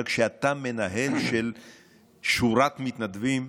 אבל כשאתה מנהל של שורת מתנדבים,